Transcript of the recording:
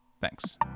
Thanks